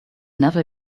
never